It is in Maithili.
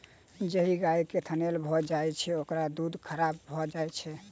जाहि गाय के थनैल भ जाइत छै, ओकर दूध खराब भ जाइत छै